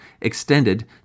extended